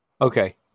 Okay